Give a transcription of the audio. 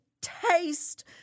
taste